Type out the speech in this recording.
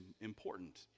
important